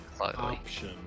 option